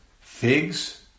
figs